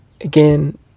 Again